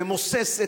ממוסס,